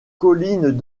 collines